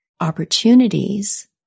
opportunities